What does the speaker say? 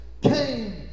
came